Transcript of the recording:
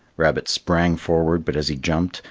rabbit sprang forward, but as he jumped,